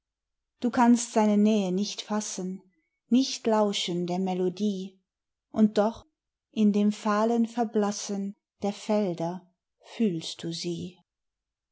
du kannst seine nähe nicht fassen nicht lauschen der melodie und doch in dem fahlen verblassen der felder fühlst du sie